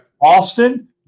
Austin